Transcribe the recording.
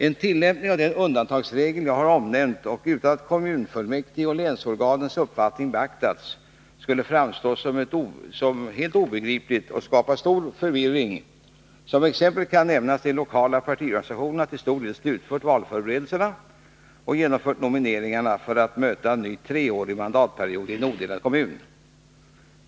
En tillämpning av den undantagsregel som jag har omnämnt, utan att kommunfullmäktige och länsorganens uppfattning beaktas, skulle framstå som helt obegriplig och skapa stor förvirring. Som exempel kan nämnas att de lokala partiorganisationerna till stor del har slutfört valförberedelserna och genomfört nomineringarna för att möta en ny treårig mandatperiod i en odelad kommun.